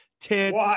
tits